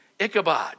Ichabod